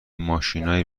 ماشینای